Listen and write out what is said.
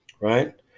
Right